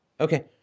Okay